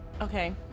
Okay